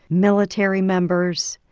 military members,